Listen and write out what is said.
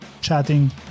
chatting